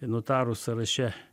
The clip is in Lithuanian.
notarų sąraše